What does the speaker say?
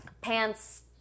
pants